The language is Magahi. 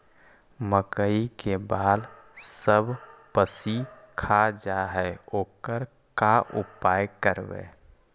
मकइ के बाल सब पशी खा जा है ओकर का उपाय करबै?